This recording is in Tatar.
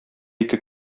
ике